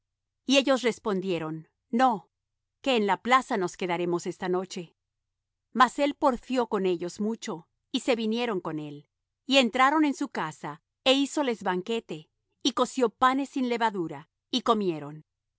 y ellos respondieron no que en la plaza nos quedaremos esta noche mas él porfió con ellos mucho y se vinieron con él y entraron en su casa é hízoles banquete y coció panes sin levadura y comieron